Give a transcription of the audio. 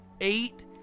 eight